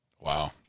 Wow